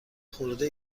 خورده